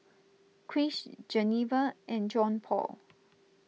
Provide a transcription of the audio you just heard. Krish Geneva and Johnpaul